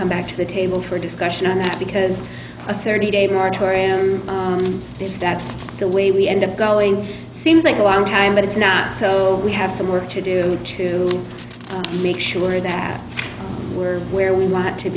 come back to the table for discussion on that because a thirty day moratorium if that's the way we end up going seems like a long time but it's not so we have some work to do to make sure that we're where we want to